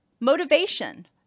Motivation